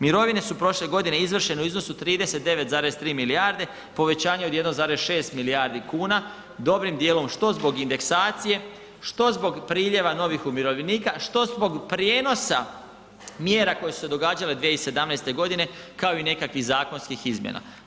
Mirovine su prošle godine izvršene u iznosu 39,3 milijarde, povećanje od 1,6 milijardi kuna, dobrim dijelom što zbog indeksacija, što zbog priljeva novih umirovljenika, što zbog prijenosa mjera koje su se događale 2017. g. kao i nekakvih zakonskih izmjena.